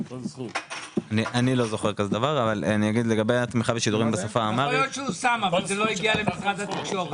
יכול להיות שהוא שם אבל זה לא הגיע למשרד התקשורת.